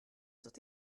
dod